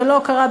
לא קרה,